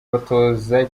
batoza